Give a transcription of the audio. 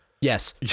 Yes